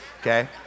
okay